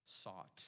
Sought